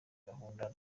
gahunda